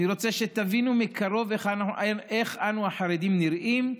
אני רוצה שתבינו מקרוב איך אנו החרדים נראים,